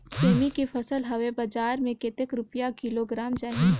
सेमी के फसल हवे बजार मे कतेक रुपिया किलोग्राम जाही?